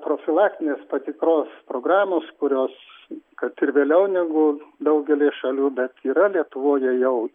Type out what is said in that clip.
profilaktinės patikros programos kurios kad ir vėliau negu daugelyje šalių bet yra lietuvoje jau